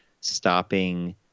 stopping